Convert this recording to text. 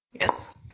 Yes